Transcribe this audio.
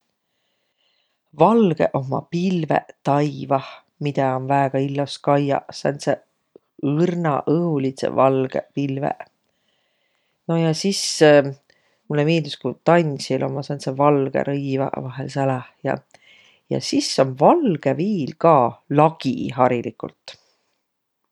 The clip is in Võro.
Valgõq ommaq pilveq taivah, midä om väega illos kaiaq. Sääntseq õrnaq, õhulidsõq, valgõq pilveq. No ja sis mullõ miildüs, ku tandsji ommaq sääntseq valgõq rõivaq vahel säläh ja. Ja sis om valgõ viil ka lagi hariligult.